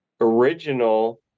original